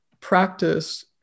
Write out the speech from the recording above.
practice